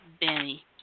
Benny